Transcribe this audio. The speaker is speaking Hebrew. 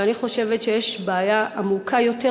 ואני חושבת שיש בעיה עמוקה יותר,